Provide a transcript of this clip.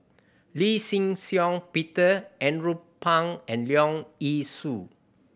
Lee Shih Shiong Peter Andrew Phang and Leong Yee Soo